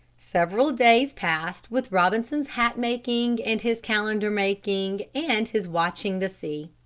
several days passed with robinson's hat-making and his calendar-making and his watching the sea.